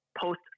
post